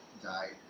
died